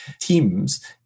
teams